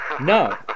No